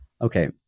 Okay